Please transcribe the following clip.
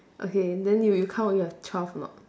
okay then you you count you have twelve or not